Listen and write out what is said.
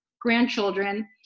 grandchildren